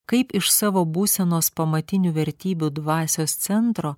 kaip iš savo būsenos pamatinių vertybių dvasios centro